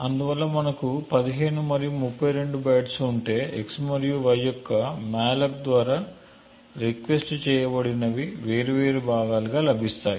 అందువల్ల మనకు 15 మరియు 32 బైట్స్ ఉంటే x మరియు y యొక్క మాలోక్ ద్వారా రిక్వెస్ట్ చేయబడినవి వేర్వేరు భాగాలుగా లభిస్తాయి